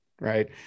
Right